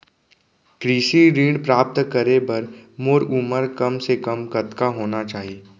कृषि ऋण प्राप्त करे बर मोर उमर कम से कम कतका होना चाहि?